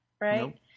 Right